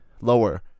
lower